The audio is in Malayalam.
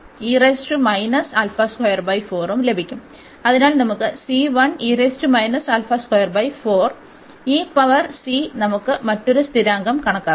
അതിനാൽ നമുക്ക് ലഭിക്കും e പവർ c നമുക്ക് മറ്റൊരു സ്ഥിരാങ്കം കണക്കാക്കാം